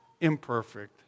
imperfect